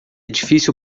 difícil